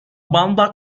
banda